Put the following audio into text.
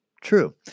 true